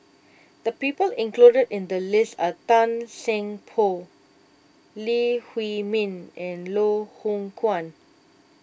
the people included in the list are Tan Seng Poh Lee Huei Min and Loh Hoong Kwan